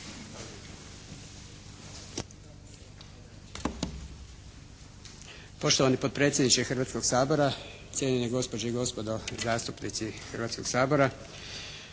Poštovani potpredsjedniče Hrvatskog sabora, cijenjene gospođe i gospodo zastupnici Hrvatskog sabora